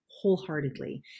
wholeheartedly